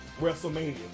WrestleMania